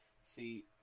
See